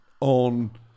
on